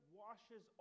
washes